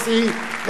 the Knesset.